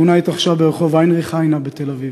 התאונה התרחשה ברחוב היינריך היינה בתל-אביב,